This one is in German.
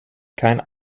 kein